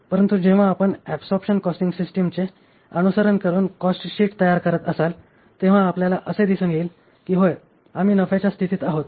परंतु जेव्हा आपण ऍबसॉरबशन कॉस्टिंग सिस्टिम चे अनुसरण करुन कॉस्टशीट तयार करीत असाल तेव्हा आपल्याला असे दिसून येईल की होय आम्ही नफ्याच्या स्थितीत आहोत